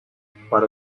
per